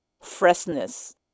freshness